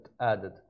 added